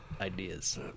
ideas